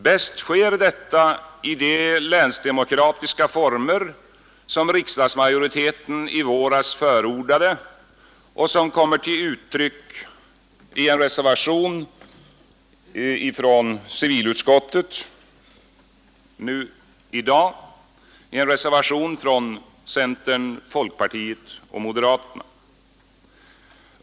Bäst sker detta i de länsdemokratiska former som riksdagsmajoriteten i våras förordade och som kommer till uttryck i en reservation i civilutskottet nu i dag från centern, folkpartiet och moderaterna.